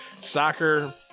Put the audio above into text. Soccer